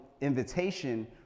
invitation